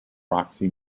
roxy